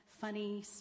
funny